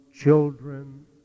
children